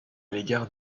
l’égard